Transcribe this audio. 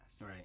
Right